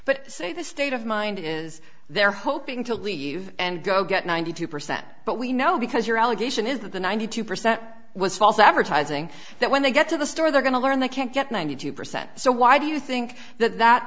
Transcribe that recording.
but say the state of mind is they're hoping to leave and go get ninety two percent but we know because your allegation is that the ninety two percent was false advertising that when they get to the store they're going to learn they can't get ninety two percent so why do you think that that